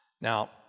Now